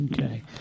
Okay